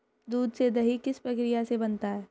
दूध से दही किस प्रक्रिया से बनता है?